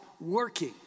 working